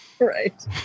right